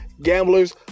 Gamblers